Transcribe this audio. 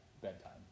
bedtime